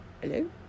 Hello